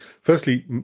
Firstly